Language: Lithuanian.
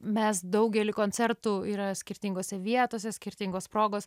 mes daugelį koncertų yra skirtingose vietose skirtingos progos